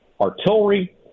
artillery